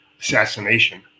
assassination